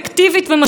מה זאת אומרת?